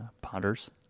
potters